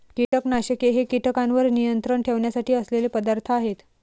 कीटकनाशके हे कीटकांवर नियंत्रण ठेवण्यासाठी असलेले पदार्थ आहेत